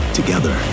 together